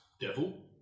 devil